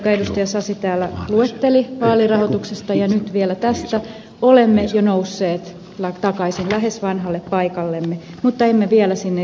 sasi täällä luetteli vaalirahoituksesta ja nyt vielä tästä olemme jo nousseet takaisin lähes vanhalle paikallemme mutta emme vielä sinne ykköseksi